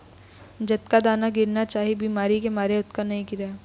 जतका दाना गिरना चाही बिमारी के मारे ओतका नइ गिरय